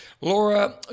Laura